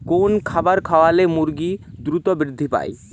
কোন খাবার খাওয়ালে মুরগি দ্রুত বৃদ্ধি পায়?